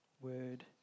word